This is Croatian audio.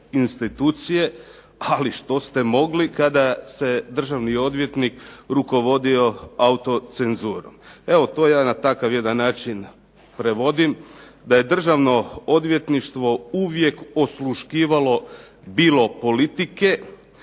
institucije, ali što ste mogli kada se državni odvjetnik rukovodio autocenzurom. Evo to ja na takav jedan način prevodim da je Državno odvjetništvo uvijek osluškivalo bilo politike